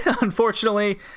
unfortunately